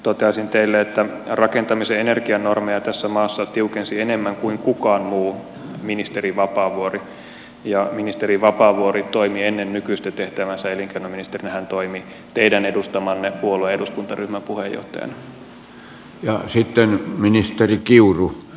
toteaisin teille että ministeri vapaavuori tiukensi rakentamisen energianormeja tässä maassa enemmän kuin kukaan muu ja ministeri vapaavuori toimi ennen nykyistä tehtäväänsä elinkeinoministerinä teidän edustamanne puolueen eduskuntaryhmän puheenjohtajana